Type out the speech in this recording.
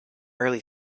early